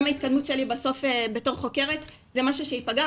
גם ההתקדמות שלי בסוף בתור חוקרת זה מה שהוא שייפגע,